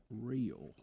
real